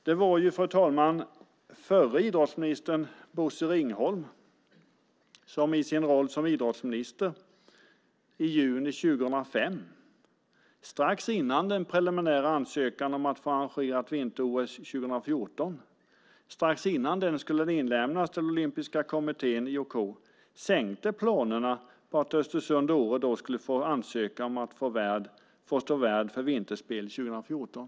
Det var, fru talman, Bosse Ringholm som i sin roll som idrottsminister i juni 2005, strax innan dess att den preliminära ansökan om att arrangera ett vinter-OS 2014 skulle inlämnas till den olympiska kommittén IOK, sänkte planerna på att Östersund-Åre skulle ansöka om att få stå värd för vinterspel 2014.